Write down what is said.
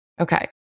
Okay